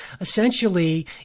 essentially